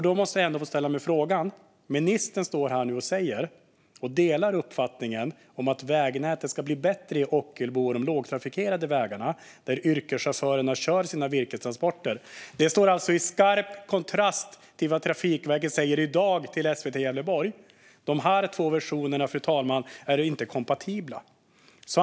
Då ställer jag mig frågande till att ministern står här och säger att han delar uppfattningen att vägnätet ska bli bättre i Ockelbo och i de lågtrafikerade områdena där yrkeschaufförerna kör sina virkestransporter. Det står i skarp kontrast till vad Trafikverket säger i dag till SVT Gävleborg. De här två versionerna är inte kompatibla.